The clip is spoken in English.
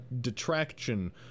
detraction